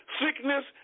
Sickness